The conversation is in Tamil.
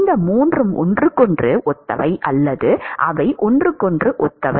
இந்த மூன்றும் ஒன்றுக்கொன்று ஒத்தவை அல்லது அவை ஒன்றுக்கொன்று ஒத்தவை